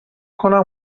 کنم